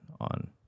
on